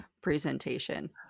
presentation